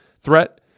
threat